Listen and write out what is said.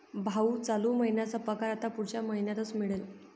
भाऊ, चालू महिन्याचा पगार आता पुढच्या महिन्यातच मिळेल